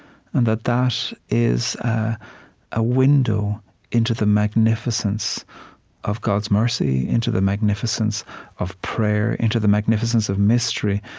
and that that is a window into the magnificence of god's mercy, into the magnificence of prayer, into the magnificence of mystery,